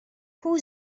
who